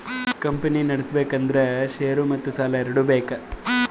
company ನಡುಸ್ಬೆಕ್ ಅಂದುರ್ share ಮತ್ತ ಸಾಲಾ ಎರಡು ಬೇಕ್